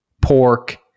pork